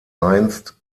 einst